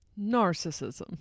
Narcissism